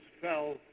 fell